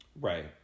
right